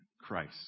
Christ